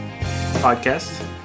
podcast